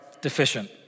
deficient